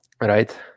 right